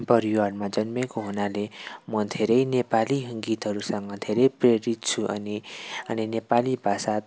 परिवारमा जन्मेको हुनाले म धेरै नेपाली गीतहरूसँग धेरै प्ररित छु अनि नेपाली भाषा